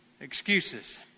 Excuses